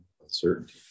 Uncertainty